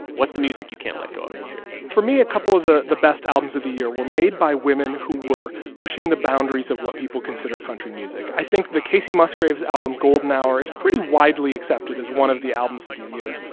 what's the music you can't let go of this year? for me, a couple of the the best albums of the year were made by women who were pushing the boundaries of what people consider country music. i think the kacey musgraves album golden hour is pretty widely accepted as one of the albums of the year